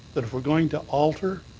that if we're going to alter,